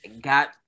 got